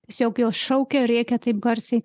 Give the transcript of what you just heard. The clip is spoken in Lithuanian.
tiesiog jos šaukia rėkia taip garsiai